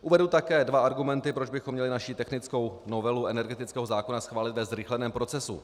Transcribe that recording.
Uvedu také dva argumenty, proč bychom měli naši technickou novelu energetického zákona schválit ve zrychleném procesu.